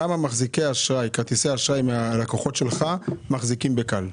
כמה מחזיקי כרטיסי אשראי מהלקוחות שלכם מחזיקים ב-כאל?